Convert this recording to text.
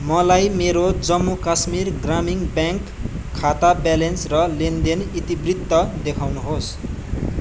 मलाई मेरो जम्मू कश्मीर ग्रामीण ब्याङ्क खाता ब्यालेन्स र लेनदेन इतिवृत्त देखाउनु होस्